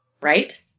Right